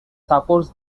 supports